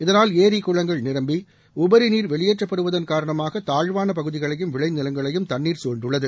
இதனால் ஏரி குளங்கள் நிரம்பி உபரிநீர் வெளியேற்றப்படுவதன் காரணமாக தாழ்வான பகுதிகளையும் விளை நிலங்களையும் தண்ணீர் சூழ்ந்துள்ளது